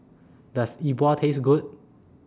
Does Yi Bua Taste Good